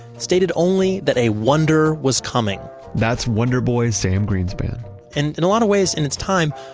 stated only that a wonder was coming that's wonder boy, sam greenspan and in a lot of ways in its time,